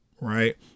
right